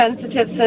sensitive